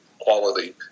quality